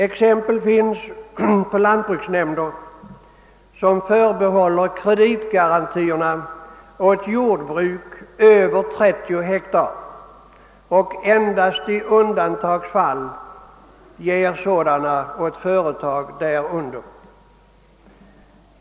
Exempel finns på lantbruksnämnder, som förbehåller kreditgarantierna åt jordbruk över 30 ha och endast i undantagsfall ger sådana åt företag därunder.